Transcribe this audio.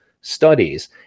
studies